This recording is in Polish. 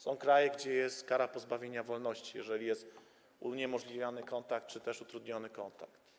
Są kraje, w których jest kara pozbawienia wolności, jeżeli jest uniemożliwiony kontakt czy też utrudniony kontakt.